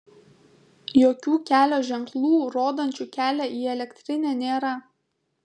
jokių kelio ženklų rodančių kelią į elektrinę nėra